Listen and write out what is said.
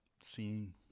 seeing